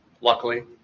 Luckily